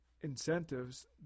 incentives